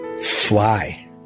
fly